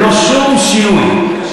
ללא שום שינוי.